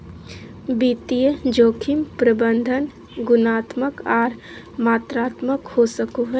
वित्तीय जोखिम प्रबंधन गुणात्मक आर मात्रात्मक हो सको हय